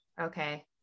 Okay